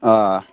آ